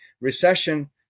recession